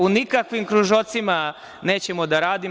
U nikakvim kružocima nećemo da radimo.